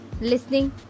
listening